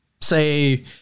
say